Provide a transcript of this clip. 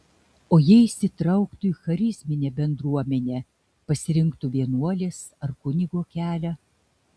o jei įsitrauktų į charizminę bendruomenę pasirinktų vienuolės ar kunigo kelią